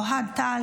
אוהד טל,